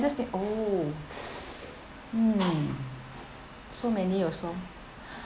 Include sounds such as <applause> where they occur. saddest oh <noise> mm so many also